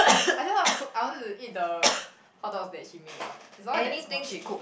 I just wanna cook I wanted to eat the hotdogs that she made lor is all that small things